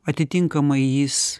atitinkamai jis